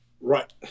Right